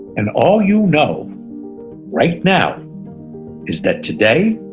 and all you know right now is that today,